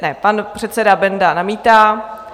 Ne, pan předseda Benda namítá.